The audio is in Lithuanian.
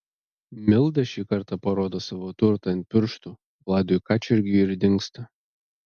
milda šį kartą parodo savo turtą ant pirštų vladui kačergiui ir dingsta